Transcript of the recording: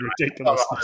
ridiculous